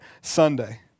Sunday